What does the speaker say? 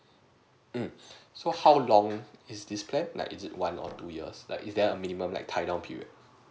um so how long is this plan like is it one or two years like is there a minimum like time of period